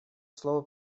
слово